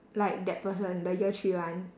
like that person the year three one